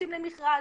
יוצאים למכרז,